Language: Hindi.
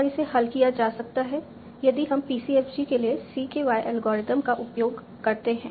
और इसे हल किया जा सकता है यदि हम PCFG के लिए CKY एल्गोरिथ्म का उपयोग करते हैं